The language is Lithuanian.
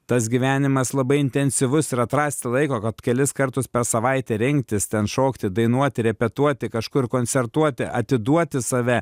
tas gyvenimas labai intensyvus ir atrasti laiko kad kelis kartus per savaitę rinktis ten šokti dainuoti repetuoti kažkur koncertuoti atiduoti save